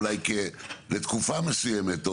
אולי לתקופה מסוימת,